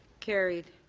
carried.